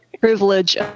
Privilege